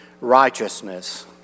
righteousness